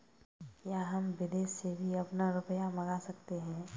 क्या हम विदेश से भी अपना रुपया मंगा सकते हैं?